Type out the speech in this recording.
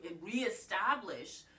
reestablish